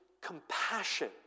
compassion